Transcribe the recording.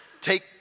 take